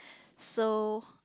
so